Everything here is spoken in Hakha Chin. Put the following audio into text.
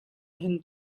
hin